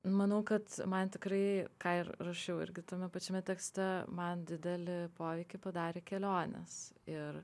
manau kad man tikrai ką ir rašiau irgi tame pačiame tekste man didelį poveikį padarė kelionės ir